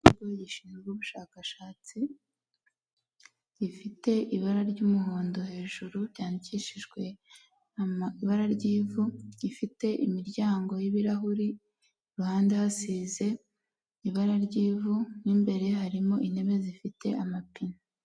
Ikigo gishinzwe ubushakashatsi, gifite ibara ry'umuhondo hejuru ryandikishijwe ibara ry'ivu, gifite imiryango y'ibirahuri, iruhande hasize ibara ry'ivu n'imbere harimo intebe zifite amapine.